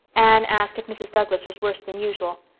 anne asked if mrs. douglas was worse than usual.